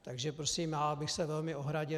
Takže prosím, já bych se velmi ohradil.